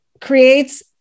creates